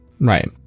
right